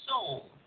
soul